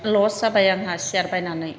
लस जाबाय आंहा चियार बायनानै